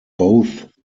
both